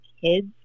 kids